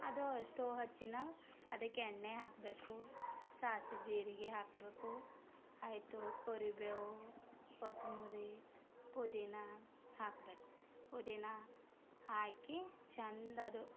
ಅದು ಸ್ಟವ್ ಹಚ್ಚಿದಾಗ ಅದಕ್ಕೆ ಎಣ್ಣೆ ಹಾಕಬೇಕು ಸಾಸಿವೆ ಜೀರಿಗೆ ಹಾಕಬೇಕು ಆಯ್ತು ಕರಿಬೇವು ಕೊತ್ತಂಬರಿ ಪುದೀನ ಹಾಕಬೇಕು ಪುದೀನ ಹಾಕಿ ಚೆಂದದು